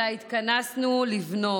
אלא התכנסנו לבנות.